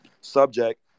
subject